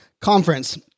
Conference